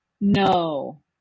no